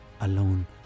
alone